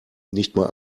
nichtmal